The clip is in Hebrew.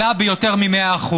עלה ביותר מ-100%.